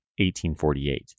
1848